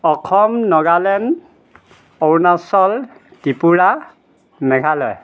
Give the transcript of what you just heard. Assam Nagaland Arunachal Tripura Meghalaya